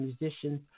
musicians